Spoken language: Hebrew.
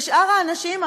ושאר האנשים,